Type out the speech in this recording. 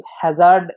Hazard